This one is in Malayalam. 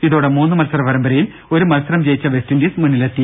ഇതോടെ മൂന്ന് മത്സര പരമ്പരയിൽ ഒരു മത്സരം ജയിച്ച വെസ്റ്റിൻഡീസ് മുന്നിലെത്തി